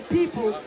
people